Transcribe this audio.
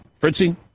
Fritzy